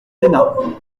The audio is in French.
sénat